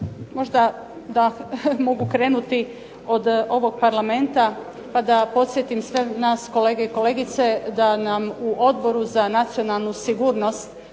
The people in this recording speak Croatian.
Možda da mogu krenuti od ovog Parlamenta pa da posjetim sve nas kolege i kolegice da nam u Odboru za nacionalnu sigurnost